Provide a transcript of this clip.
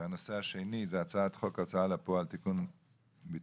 והנושא השני הוא הצעת חוק ההוצאה לפועל (תיקון - ביטול